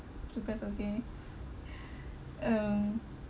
too pressed okay um